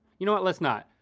you know what, let's not.